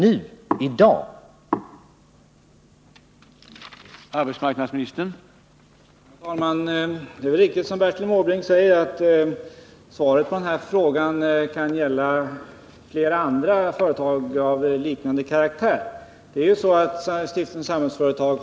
nas anställningsförhållanden